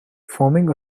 forming